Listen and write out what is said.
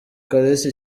kalisa